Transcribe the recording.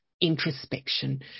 introspection